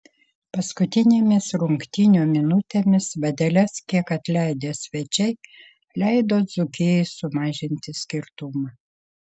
paskutinėmis rungtynių minutėmis vadeles kiek atleidę svečiai leido dzūkijai sumažinti skirtumą